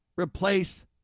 replace